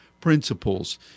principles